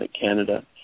Canada